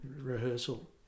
rehearsal